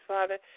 Father